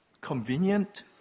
convenient